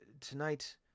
tonight